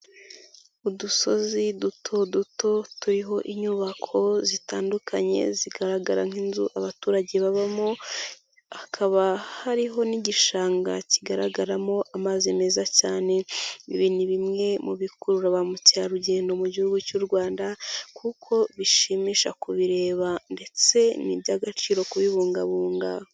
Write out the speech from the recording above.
Udusozi duto duto turiho inyubako zitandukanye zigaragara nk'inzu abaturage babamo, hakaba hariho n'igishanga kigaragaramo amazi meza cyane. Ibi ni bimwe mu bikurura ba mukerarugendo mu Gihugu cy'u Rwanda kuko bishimisha kubireba ndetse ni iby'agaciro kubibungabunga.